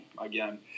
again